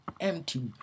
empty